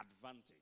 advantage